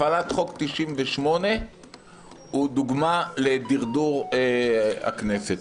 הפעלת סעיף 98 הוא דוגמה לדרדור הכנסת.